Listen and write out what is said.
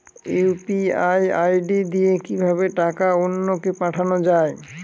UPI ID দিয়ে কিভাবে টাকা অন্য কে পাঠানো যায়?